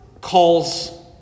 calls